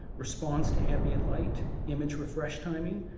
response to ambient light, image refresh timing,